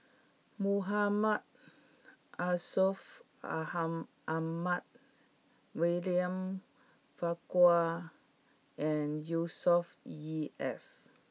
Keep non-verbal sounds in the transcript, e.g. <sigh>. Muhammad are solve Aha Ahmad William Farquhar and <unintelligible> E F